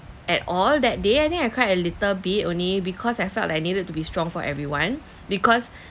at all that day I think I cried a little bit only because I felt like I needed to be strong for everyone because